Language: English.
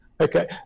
Okay